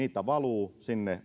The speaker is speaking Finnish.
valuu